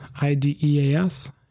I-D-E-A-S